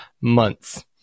months